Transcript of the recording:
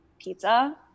pizza